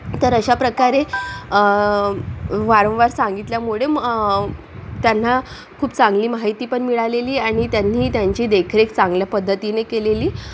तर अशाप्रकरे वारंवार सांगितल्यामुळे त्यांना खूप चांगली माहिती पण मिळालेली आणि त्यांनी त्यांची देखरेख चांगल्या पद्धतीने केलेली